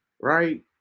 right